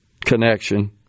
connection